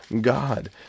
God